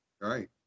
right